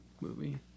movie